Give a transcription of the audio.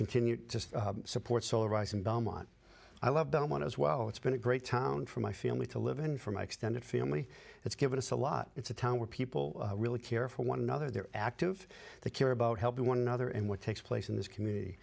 continue to support solar rise in belmont i love don't want as well it's been a great town for my family to live in for my extended family it's given us a lot it's a town where people really care for one another they're active they care about helping one another and what takes place in this community